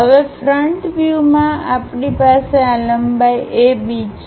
હવે ફ્રન્ટ વ્યૂમાં આપણી પાસે આ લંબાઈ A B છે